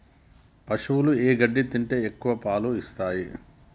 పశువులు ఏ గడ్డి తింటే ఎక్కువ పాలు ఇస్తాయి?